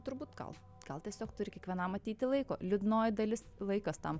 turbūt gal gal tiesiog turi kiekvienam ateiti laiko liūdnoji dalis laikas tam